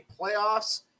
playoffs